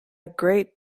great